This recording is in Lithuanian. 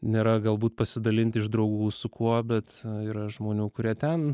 nėra galbūt pasidalint iš draugų su kuo bet yra žmonių kurie ten